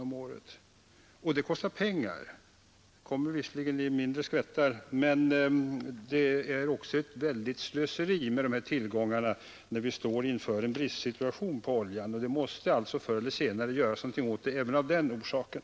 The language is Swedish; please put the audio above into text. Det kostar pengar att så mycket olja spills,. Men de här utsläppen innebär också ett väldigt slöseri i en situation då det kan komma att råda brist på olja. Det måste alltså förr eller senare göras någonting åt problemet även av den orsaken.